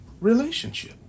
relationship